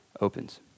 opens